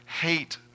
hate